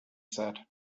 said